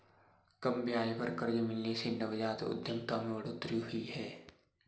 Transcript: कम ब्याज पर कर्ज मिलने से नवजात उधमिता में बढ़ोतरी हुई है